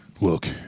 Look